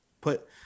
put